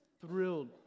Thrilled